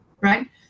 right